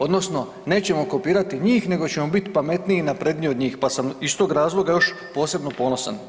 Odnosno nećemo kopirati njih nego ćemo biti pametniji i napredniji od njih pa sam iz tog razloga još posebno ponosan.